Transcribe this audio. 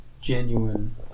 genuine